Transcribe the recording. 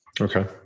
Okay